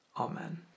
Amen